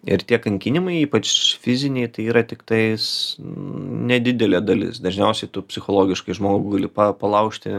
ir tie kankinimai ypač fiziniai tai yra tiktais nedidelė dalis dažniausiai tu psichologiškai žmogų gali palaužti